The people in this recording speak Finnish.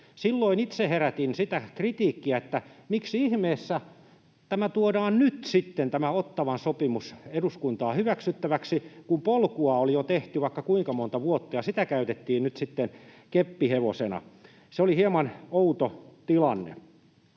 Silloin itse herätin sitä kritiikkiä, että miksi ihmeessä tämä Ottawan sopimus tuodaan nyt eduskuntaan hyväksyttäväksi, kun polkua on jo tehty vaikka kuinka monta vuotta. Sitä käytettiin nyt sitten keppihevosena. Se oli hieman outo tilanne.